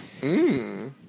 Mmm